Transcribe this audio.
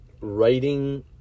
writing